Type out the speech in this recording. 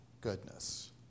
Goodness